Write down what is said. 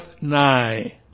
nigh